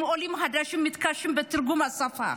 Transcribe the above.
הם עולים חדשים ומתקשים בתרגום השפה.